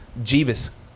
Jeebus